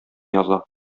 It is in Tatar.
яза